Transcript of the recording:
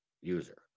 user